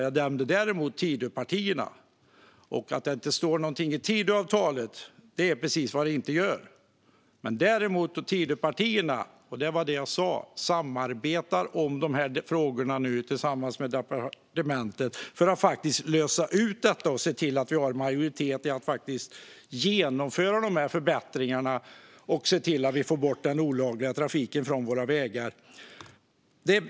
Jag nämnde däremot Tidöpartierna. Det står ingenting om detta i Tidöavtalet. Däremot sa jag att Tidöpartierna samarbetar om dessa frågor nu tillsammans med departementet för att faktiskt lösa detta och se till att vi har en majoritet för att genomföra dessa förbättringar och se till att vi får bort den olagliga trafiken från våra vägar.